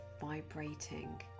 vibrating